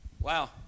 wow